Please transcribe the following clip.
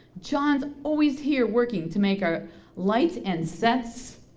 john's always here working to make our lights and sets